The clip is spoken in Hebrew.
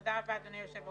תודה רבה, אדוני היושב-ראש,